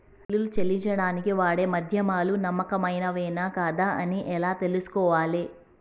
బిల్లులు చెల్లించడానికి వాడే మాధ్యమాలు నమ్మకమైనవేనా కాదా అని ఎలా తెలుసుకోవాలే?